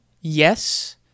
yes